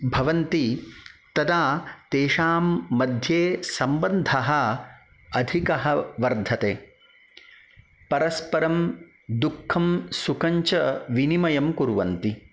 भवन्ति तदा तेषां मध्ये सम्बन्धः अधिकः वर्धते परस्परं दुःखं सुखञ्च विनिमयं कुर्वन्ति